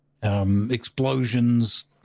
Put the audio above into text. Explosions